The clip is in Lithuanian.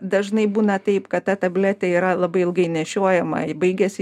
ir dažnai būna taip kad ta tabletė yra labai ilgai nešiojama baigiasi